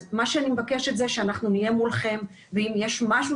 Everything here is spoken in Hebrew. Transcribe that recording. מה שאני מבקשת זה שאנחנו נהיה מולכם ואם יש משהו